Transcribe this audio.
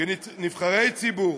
כנבחרי ציבור,